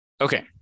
Okay